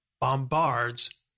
bombards